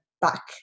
back